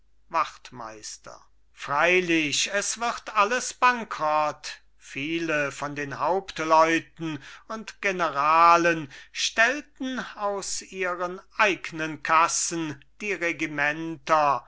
wachtmeister freilich es wird alles bankerott viele von den hauptleuten und generalen stellten aus ihren eignen kassen die regimenter